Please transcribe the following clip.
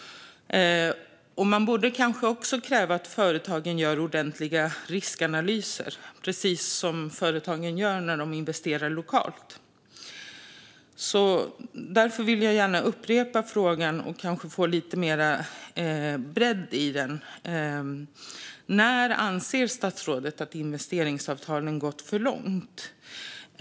Man borde kanske också kräva att företagen gör ordentliga riskanalyser, precis som företagen gör när de investerar lokalt. Därför vill jag gärna upprepa frågan och kanske få lite mer bredd i den. När anser statsrådet att investeringsavtalen gått för långt?